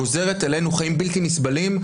גוזרת עלינו חיים בלתי נסבלים,